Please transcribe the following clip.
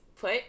put